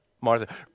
Martha